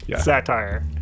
Satire